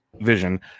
vision